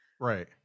Right